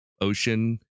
ocean